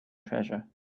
treasure